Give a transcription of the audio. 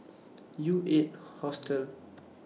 U eight Hostel